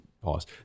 Pause